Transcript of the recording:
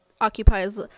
occupies